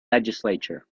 legislature